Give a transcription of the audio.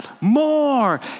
more